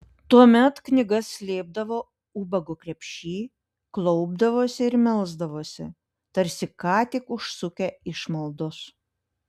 tuomet knygas slėpdavo ubago krepšy klaupdavosi ir melsdavosi tarsi ką tik užsukę išmaldos